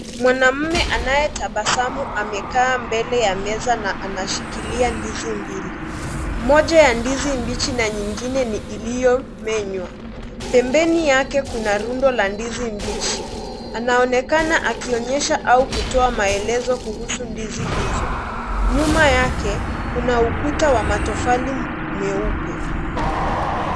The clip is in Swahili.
Mwanaume anayetabasamu amekaa mbele ya meza na anashikilia ndizi mbili, moja ya ndizi mbichi na nyingine iliomenywa pembeni yake kuna rundo ya ndizi mbili mbichi anaonekana akitoa maelezo kuhusu ndizi hizo, nyuma yake kuna ukuta wa matofali meupe.